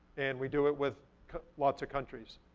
and we do it with lots of countries,